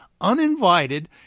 uninvited